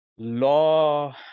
Law